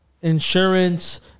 insurance